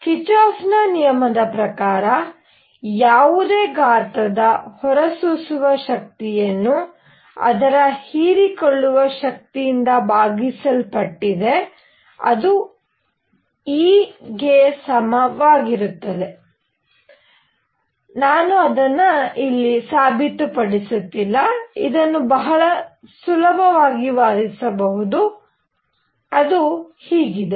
ಕಿರ್ಚಾಫ್ನ ನಿಯಮದ ಪ್ರಕಾರ ಯಾವುದೇ ಗಾತ್ರದ ಹೊರಸೂಸುವ ಶಕ್ತಿಯನ್ನು ಅದರ ಹೀರಿಕೊಳ್ಳುವ ಶಕ್ತಿಯಿಂದ ಭಾಗಿಸಲ್ಪಟ್ಟಿದೆ ಅದು E ಗೆ ಸಮ ಎಂದು ಹೇಳುತ್ತದೆ ನಾನು ಅದನ್ನು ಸಾಬೀತುಪಡಿಸುತ್ತಿಲ್ಲ ಇದನ್ನು ಬಹಳ ಸುಲಭವಾಗಿ ವಾದಿಸಬಹುದು ಆದರೆ ಇದು ಹೀಗಿದೆ